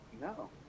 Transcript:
No